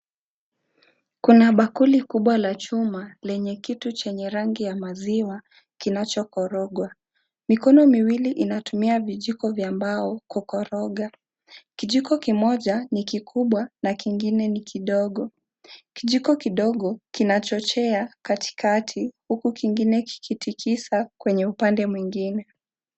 Kuna bakuli kubwa la chuma lenye kitu ya rangi ya maziwa inachokorogwa mikono miwili inatumia kijiko cha mbao kukoroga kijiko kimoja ni kikubwa na kingine ni kidogo kijiko kidogo kinachochea katikati huku kingine ikitikisa upande mwingine.